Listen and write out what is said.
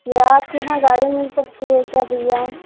क्या आपके यहाँ गाड़ी मिल सकती है क्या भैया